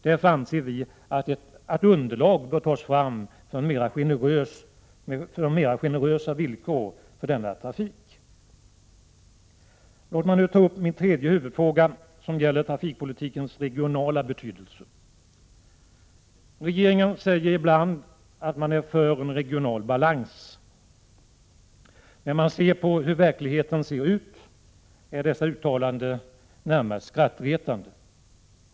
Därför anser vi att underlag bör tas fram för mera generösa villkor för denna trafik. Låt mig nu ta upp min-tredje huvudfråga, som gäller trafikpolitikens regionala betydelse. Regeringen säger ibland att man är för en regional balans. Men som verkligheten ser ut är dessa uttalanden närmast skrattretande.